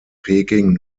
peking